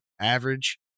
average